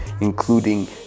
including